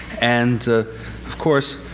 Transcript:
and of course,